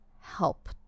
help